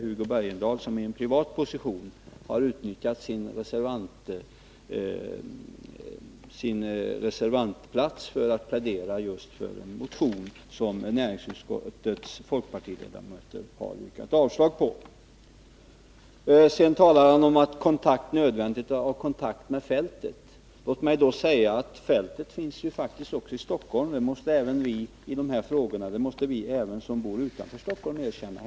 Hugo Bergdahl har i privat position utnyttjat sin reservantplats för att plädera för den motion som näringsutskottets folkpartiledamöter har yrkat avslag på. Hugo Bergdahl talar vidare om att det är nödvändigt att ha kontakter med fältet. Låt mig då säga att fältet finns faktiskt också i Stockholm. Det måste även vi som bor utanför Stockholm erkänna.